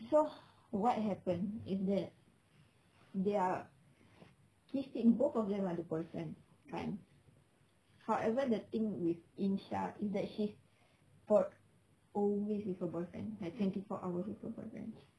so what happened is that they are keys team both are them ada boyfriend kan however the thing with insha is that she's for always with her boyfriend like twenty four hours with her boyfriend